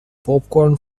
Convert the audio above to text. popcorn